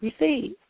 receive